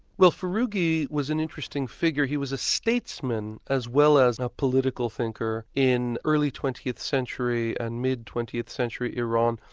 well furughi was an interesting figure. he was a statesman as well as a political thinker in early twentieth century and mid twentieth century iran,